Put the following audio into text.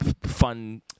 fun